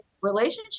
relationship